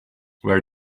where